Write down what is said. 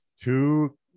two